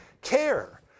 care